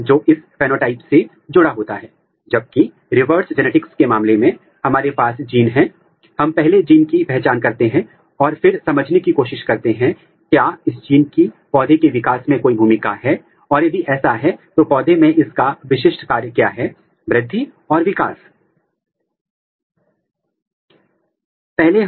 पूरे mount tissue में आप एक पूर्ण अंग या पूर्ण संरचना ले सकते हैं और फिर आप प्रोब कर सकते हैं कि एक विशिष्ट जीन विशिष्ट प्रोब के साथ है और फिर पहचान सकते हैं कि एक विशेष जीन कहां व्यक्त किया गया है